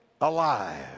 alive